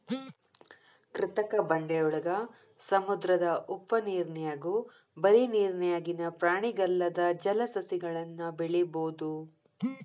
ಕೃತಕ ಬಂಡೆಯೊಳಗ, ಸಮುದ್ರದ ಉಪ್ಪನೇರ್ನ್ಯಾಗು ಬರಿ ನೇರಿನ್ಯಾಗಿನ ಪ್ರಾಣಿಗಲ್ಲದ ಜಲಸಸಿಗಳನ್ನು ಬೆಳಿಬೊದು